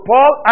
Paul